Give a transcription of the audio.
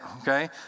okay